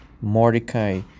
Mordecai